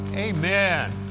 Amen